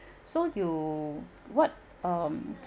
so you what um